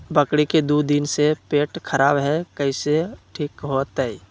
बकरी के दू दिन से पेट खराब है, कैसे ठीक होतैय?